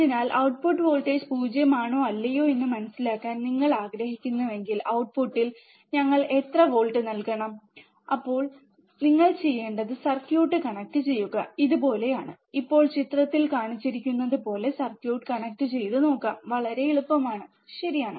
അതിനാൽ output voltage 0 ആണോ അല്ലയോ എന്ന് മനസിലാക്കാൻ നിങ്ങൾ ആഗ്രഹിക്കുന്നുവെങ്കിൽ ഔട്ട്പുട്ടിൽ ഞങ്ങൾ എത്ര വോൾട്ടേജ് നൽകണം അപ്പോൾ നിങ്ങൾ ചെയ്യേണ്ടത് സർക്യൂട്ട് കണക്റ്റുചെയ്യുക ഇതുപോലെയാണ് ഇപ്പോൾ ചിത്രത്തിൽ കാണിച്ചിരിക്കുന്നതുപോലെ സർക്യൂട്ട് കണക്റ്റു ചെയ്യുന്നത് നോക്കാം വളരെ എളുപ്പമാണ് ശരിയാണ്